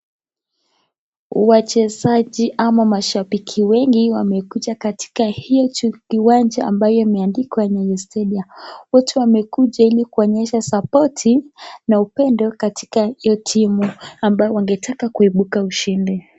Wachezaji ama mashabiki wengi wamekuja katika hicho kiwanja imeandikwa nyayo stadium , wote wamekuja ili kuonyesha sapoti na upendo katika hio timu, ambayo wangetaka kuibuka washindi.